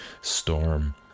storm